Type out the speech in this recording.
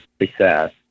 success